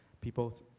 people